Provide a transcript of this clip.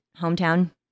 hometown